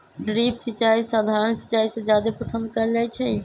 drip सिंचाई सधारण सिंचाई से जादे पसंद कएल जाई छई